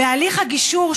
בהליך הגישור,